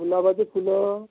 गुलाबाची फुलं